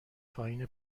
پایین